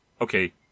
okay